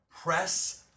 press